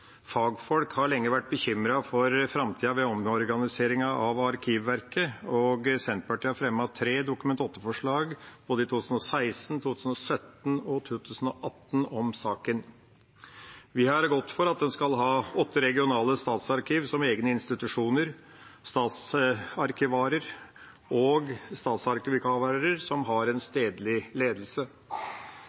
Fagfolk har lenge vært bekymret for framtida ved omorganiseringen av Arkivverket, og Senterpartiet har fremmet tre Dokument 8-forslag om saken – både i 2016, i 2017 og i 2018. Vi har gått for at en skal ha åtte regionale statsarkiv som egne institusjoner med statsarkivarer som har en stedlig ledelse.